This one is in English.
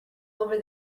over